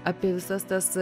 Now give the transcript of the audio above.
apie visas tas